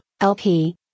LP